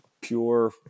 pure